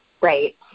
right